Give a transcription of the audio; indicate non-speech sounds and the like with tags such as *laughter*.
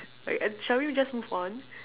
*laughs* right shall we just move on